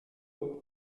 eux